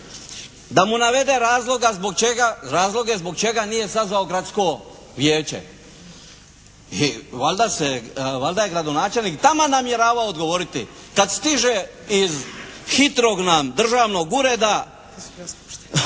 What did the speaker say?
da mu navede razloge zbog čega nije sazvao gradsko vijeće. I valjda je gradonačelnik taman namjeravao odgovoriti kad stiže iz hitrog nam državnog ureda